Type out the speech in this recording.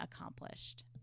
accomplished